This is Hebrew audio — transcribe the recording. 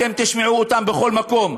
אתם תשמעו אותם בכל מקום.